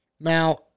Now